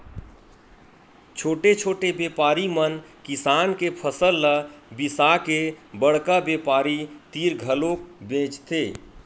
छोटे छोटे बेपारी मन किसान के फसल ल बिसाके बड़का बेपारी तीर घलोक बेचथे